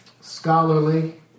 scholarly